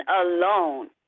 alone